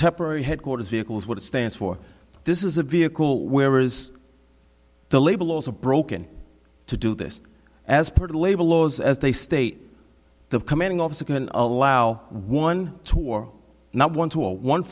temporary headquarters vehicles what it stands for this is a vehicle where is the labor laws are broken to do this as part of labor laws as they state the commanding officer can allow one to or not one two or one